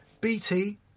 BT